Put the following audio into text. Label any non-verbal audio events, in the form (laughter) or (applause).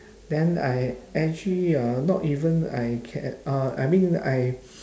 then I actually hor not even I can uh I mean I (noise)